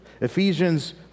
Ephesians